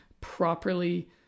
properly